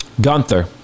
Gunther